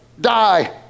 die